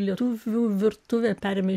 lietuvių virtuvė perėmė